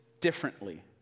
differently